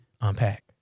unpack